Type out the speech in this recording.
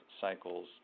cycles